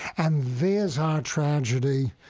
and there's our tragedy,